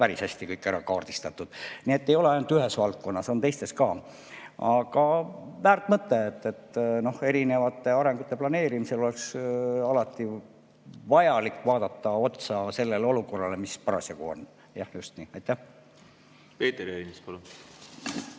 päris hästi kõik ära kaardistatud. Nii et ei ole ainult ühes valdkonnas, on teistes ka. Aga väärt mõte! Eks arengusuundade planeerimisel oleks alati vaja vaadata otsa sellele olukorrale, mis parasjagu on. Jah, just nii. Peeter Ernits,